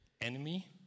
enemy